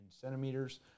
centimeters